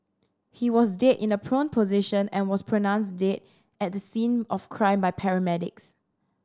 he was dead in a prone position and was pronounced dead at the scene of crime by paramedics